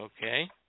Okay